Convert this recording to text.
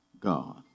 God